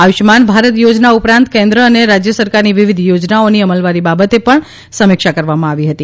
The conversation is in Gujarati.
આયુષ્માન ભારત થોજના ઉપરાંત કેન્દ્ર અને રાજ્ય સરકારની વિવિધ યોજનાઓની અમલવારી બાબતે પણ સમીક્ષા કરવામાં આવી હતી